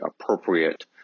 appropriate